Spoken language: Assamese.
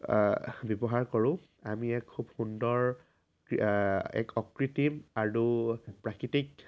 ব্যৱহাৰ কৰোঁ আমি এক খুব সুন্দৰ এক অকৃত্ৰিম আৰু প্ৰাকৃতিক